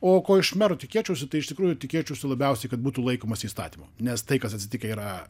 o ko iš mero tikėčiausi tai iš tikrųjų tikėčiausi labiausiai kad būtų laikomasi įstatymų nes tai kas atsitikę yra